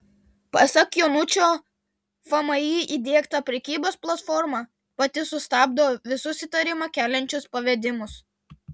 pasak jonučio fmį įdiegta prekybos platforma pati sustabdo visus įtarimą keliančius pavedimus